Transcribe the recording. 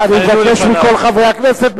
אני מבקש מכל חברי הכנסת,